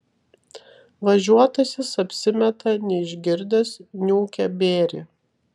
važiuotasis apsimeta neišgirdęs niūkia bėrį